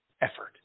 effort